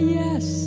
yes